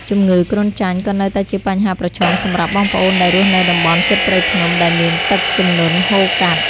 ជំងឺគ្រុនចាញ់ក៏នៅតែជាបញ្ហាប្រឈមសម្រាប់បងប្អូនដែលរស់នៅតំបន់ជិតព្រៃភ្នំដែលមានទឹកជំនន់ហូរកាត់។